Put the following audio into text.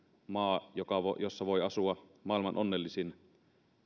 maa jossa voi asua maailman onnellisin